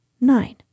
Nine